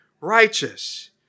righteous